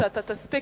שאתה תספיק,